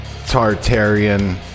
Tartarian